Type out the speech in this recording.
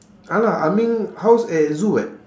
ah lah ah ming house at zoo eh